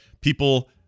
People